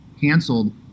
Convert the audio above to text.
canceled